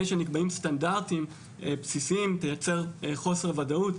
שנקבעים סטנדרטים בסיסיים תייצר חוסר ודאות.